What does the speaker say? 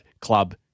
club